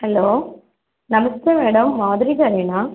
hello namaste madam Madhuri గారేనా